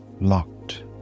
locked